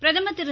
பிரதமர் திரு